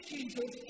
Jesus